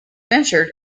ventured